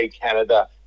Canada